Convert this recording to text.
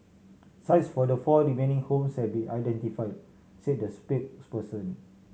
sites for the four remaining homes have been identified said the